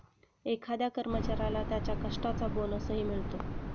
एखाद्या कर्मचाऱ्याला त्याच्या कष्टाचा बोनसही मिळतो